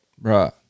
Right